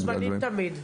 אתם מוזמנים תמיד.